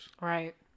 right